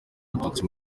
abatutsi